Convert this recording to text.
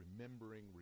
remembering